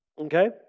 Okay